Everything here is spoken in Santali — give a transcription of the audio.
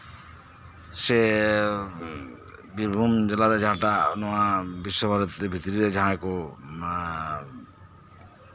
ᱥᱮ ᱵᱤᱨᱵᱷᱩᱢ ᱡᱮᱞᱟ ᱨᱮ ᱡᱟᱦᱟᱸᱴᱟᱜ ᱱᱚᱶᱟ ᱵᱤᱥᱥᱚᱵᱷᱟᱨᱚᱛᱤ ᱵᱷᱤᱛᱨᱤ ᱨᱮ ᱡᱟᱦᱟᱸᱭ ᱠᱚ